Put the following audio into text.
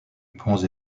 ponts